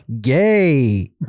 Gay